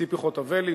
ציפי חוטובלי,